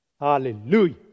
Hallelujah